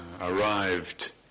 arrived